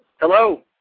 Hello